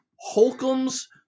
Holcomb's